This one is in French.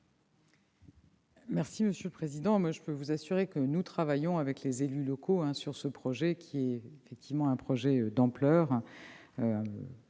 Monsieur le sénateur, je peux vous l'assurer, nous travaillons avec les élus locaux sur ce projet, qui est effectivement un projet d'ampleur,